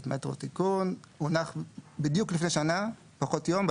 (מטרו) (תיקון) הונח בדיוק לפני שנה פחות יום,